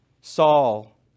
Saul